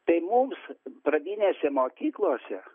tai mums pradinėse mokyklose